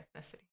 ethnicity